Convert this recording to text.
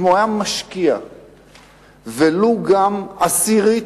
אם היה משקיע ולו גם עשירית